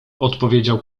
odpowiedział